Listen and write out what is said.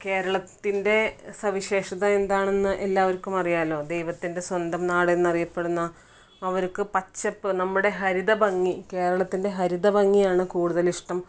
കേരളത്തിൻ്റെ സവിശേഷത എന്താണെന്ന് എല്ലാവർക്കും അറിയാമല്ലോ ദൈവത്തിൻ്റെ സ്വന്തം നാട് എന്നറിയപ്പെടുന്ന അവർക്ക് പച്ചപ്പ് നമ്മുടെ ഹരിത ഭംഗി കേരളത്തിൻ്റെ ഹരിത ഭംഗിയാണ് കൂടുതൽ ഇഷ്ടം